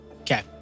Okay